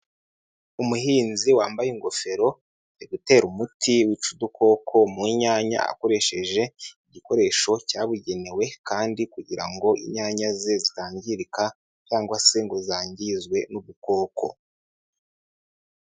Umuhinzi wambaye ingofero, ari gutera umuti wica udukoko mu nyanya akoresheje igikoresho cyabugenewe kandi kugira ngo inyanya ze zitanangirika cyangwa se ngo zangizwe n'udukoko.